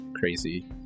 crazy